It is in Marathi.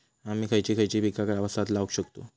आम्ही खयची खयची पीका पावसात लावक शकतु?